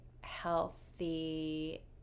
healthy